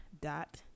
dot